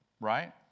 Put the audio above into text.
Right